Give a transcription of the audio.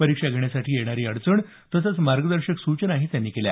परीक्षा घेण्यासाठी येणारी अडचण तसंच मार्गदर्शक सूचनाही त्यांनी केल्या